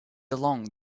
along